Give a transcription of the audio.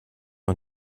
und